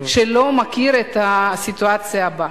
לא מכיר את הסיטואציה הבאה: